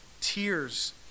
Tears